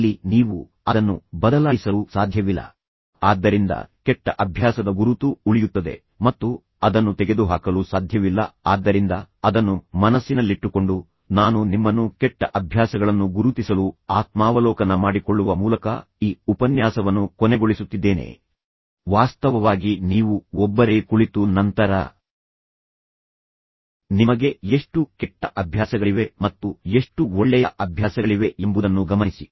ಅಲ್ಲಿ ನೀವು ಅದನ್ನು ಬದಲಾಯಿಸಲು ಸಾಧ್ಯವಿಲ್ಲ ಆದ್ದರಿಂದ ಕೆಟ್ಟ ಅಭ್ಯಾಸದ ಗುರುತು ಉಳಿಯುತ್ತದೆ ಮತ್ತು ಅದನ್ನು ತೆಗೆದುಹಾಕಲು ಸಾಧ್ಯವಿಲ್ಲ ಆದ್ದರಿಂದ ಅದನ್ನು ಮನಸ್ಸಿನಲ್ಲಿಟ್ಟುಕೊಂಡು ನಾನು ನಿಮ್ಮನ್ನು ಕೆಟ್ಟ ಅಭ್ಯಾಸಗಳನ್ನು ಗುರುತಿಸಲು ಆತ್ಮಾವಲೋಕನ ಮಾಡಿಕೊಳ್ಳುವ ಮೂಲಕ ಈ ಉಪನ್ಯಾಸವನ್ನು ಕೊನೆಗೊಳಿಸುತ್ತಿದ್ದೇನೆ ನೀವು ಹೊಂದಿರುವ ಕೆಟ್ಟ ಅಭ್ಯಾಸಗಳನ್ನು ಗುರುತಿಸಿ ಮತ್ತು ನೀವು ನಿಲ್ಲಿಸಬೇಕು ಎಂದು ನೀವು ಭಾವಿಸುತ್ತೀರಿ ವಾಸ್ತವವಾಗಿ ನೀವು ಒಬ್ಬರೇ ಕುಳಿತು ನಂತರ ನಿಮಗೆ ಎಷ್ಟು ಕೆಟ್ಟ ಅಭ್ಯಾಸಗಳಿವೆ ಮತ್ತು ಎಷ್ಟು ಒಳ್ಳೆಯ ಅಭ್ಯಾಸಗಳಿವೆ ಎಂಬುದನ್ನು ಗಮನಿಸಿ